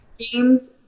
James